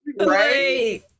Right